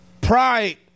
Pride